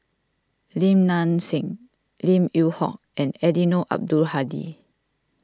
Lim Nang Seng Lim Yew Hock and Eddino Abdul Hadi